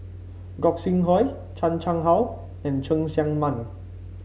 Gog Sing Hooi Chan Chang How and Cheng Tsang Man